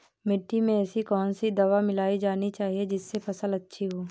मिट्टी में ऐसी कौन सी दवा मिलाई जानी चाहिए जिससे फसल अच्छी हो?